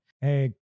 Hey